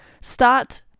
start